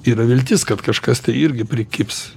yra viltis kad kažkas tai irgi prikibs